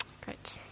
Great